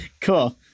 Cool